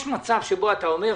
יש מצב שבו אתה אומר,